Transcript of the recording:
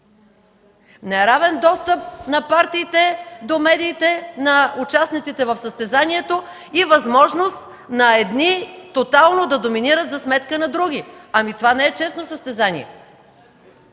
Неравен достъп на партиите до медиите, на участниците в състезанието и възможност на едни тотално да доминират за сметка на други – това не е честно състезание!